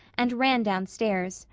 and ran downstairs,